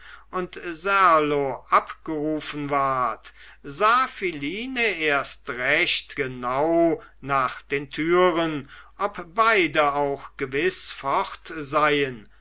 und serlo abgerufen ward sah philine erst recht genau nach den türen ob beide auch gewiß fort seien